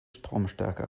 stromstärke